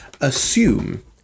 assume